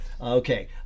Okay